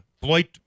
Floyd